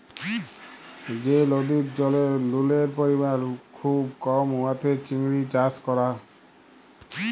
যে লদির জলে লুলের পরিমাল খুব কম উয়াতে চিংড়ি চাষ ক্যরা